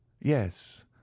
yes